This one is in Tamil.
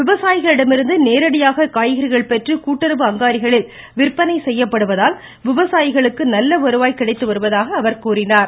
விவசாயிகளிடமிருந்து நேரடியாக காய்கறிகள் பெற்று கூட்டுறவு அங்காடிகளில் விற்பனை செய்யப்படுவதால் விவசாயிகளுக்கு நல்ல வருவாய் கிடைத்து வருவதாக கூறினார்